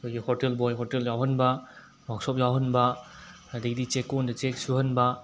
ꯑꯩꯈꯣꯏꯒꯤ hotel boy hotel ꯌꯥꯎꯍꯟꯕ workshop ꯌꯥꯎꯍꯟꯕ ꯑꯗꯒꯤꯗꯤ ꯆꯦꯛꯀꯣꯟꯗ ꯆꯦꯛ ꯁꯨꯍꯟꯕ